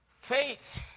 faith